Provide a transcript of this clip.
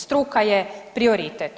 Struka je prioritet.